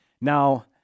Now